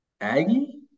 Aggie